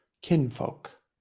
kinfolk